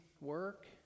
work